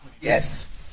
Yes